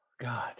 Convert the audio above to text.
God